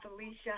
felicia